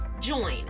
join